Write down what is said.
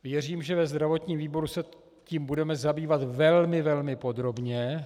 Věřím, že ve zdravotním výboru se tím budeme zabývat velmi, velmi podrobně.